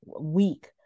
week